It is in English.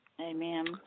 Amen